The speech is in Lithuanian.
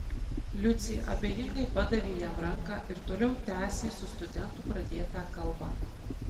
liucė abejingai padavė jam ranką ir toliau tęsė su studentu pradėtą kalbą